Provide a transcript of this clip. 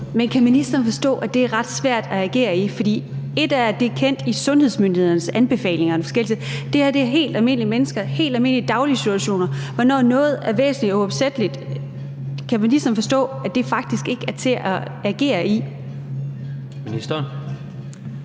Men kan ministeren forstå, at det er ret svært at agere i? For ét er, at det er kendt i sundhedsmyndighedernes anbefalinger om forskellige ting. Men det her er helt almindelige mennesker, helt almindelige dagligdags situationer. Kan ministeren forstå, at det faktisk ikke er til at agere i, hvornår